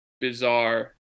bizarre